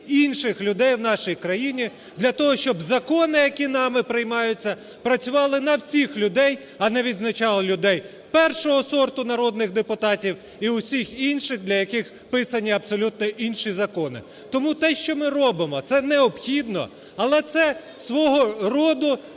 інших людей в нашій країні, для того щоб закони, які нами приймаються, працювали на всіх людей, а не відзначали людей першого сорту – народних депутатів і усіх інших, для яких писані абсолютні інші закони. Тому те, що ми робимо, це необхідно, але це свого роду